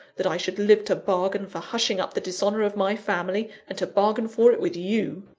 that i should live to bargain for hushing up the dishonour of my family, and to bargain for it with you.